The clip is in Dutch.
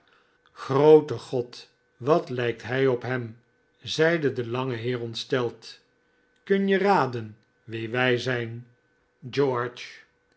groote god wat lijkt hij op hem zeide de lange heer ontsteld kun je raden wie wij zijn